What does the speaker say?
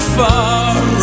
far